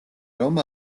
რომ